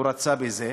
הוא רצה בזה.